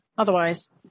Otherwise